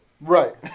Right